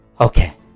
Okay